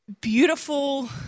beautiful